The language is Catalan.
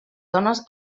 dones